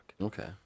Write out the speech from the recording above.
Okay